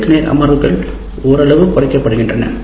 நேருக்கு நேர் அமர்வுகள் ஓரளவு குறைக்கப்படுகின்றன